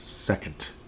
Second